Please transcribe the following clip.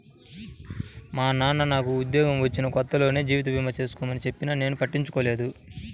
మా నాన్న నాకు ఉద్యోగం వచ్చిన కొత్తలోనే జీవిత భీమా చేసుకోమని చెప్పినా నేను పట్టించుకోలేదు